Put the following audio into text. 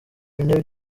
bine